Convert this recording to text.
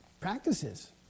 practices